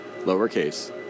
lowercase